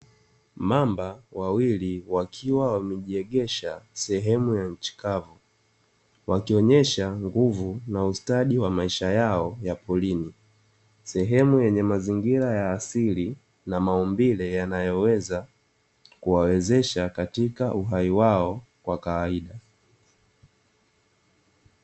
Mamba wawili wakiwa wamejiegesha sehemu ya nchi kavu, wakionyesha nguvu na ustadi wa maisha yao ya porini. Sehemu yenye mazingira ya asili na maumbile yanayoweza kuwawezesha katika uhai wao kwa kawaida.